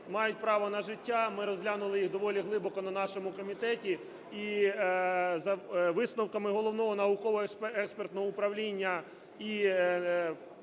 мають право на життя, ми розглянули їх доволі глибоко на нашому комітеті. І з висновками Головного науково-експертного управління,